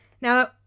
Now